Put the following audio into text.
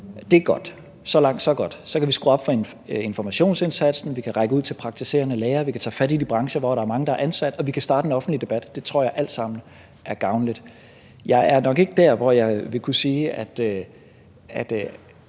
Det er godt – så langt så godt. Så kan vi skrue op for informationsindsatsen, vi kan række ud til praktiserende læger, vi kan tage fat i de brancher, hvor der er mange, der er ansat, og vi kan starte en offentlig debat – det tror jeg alt sammen er gavnligt. Jeg er nok ikke der, hvor jeg vil kunne sige, at